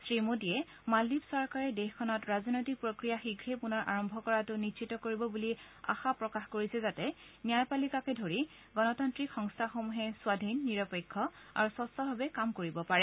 শ্ৰীমোদীয়ে মালদ্বীপ চৰকাৰে দেশখনত ৰাজনৈতিক প্ৰক্ৰিয়া শীঘ্ৰে পূনৰ আৰম্ভ কৰাতো নিশ্চিত কৰিব বুলি আশা প্ৰকাশ কৰিছে যাতে ন্যায়পালিকাকে ধৰি গনতান্নিক সংস্থাসমূহে স্বাধীন নিৰপেক্ষ আৰু স্বচ্ছভাৱে কাম কৰিব পাৰে